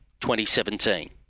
2017